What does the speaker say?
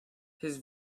his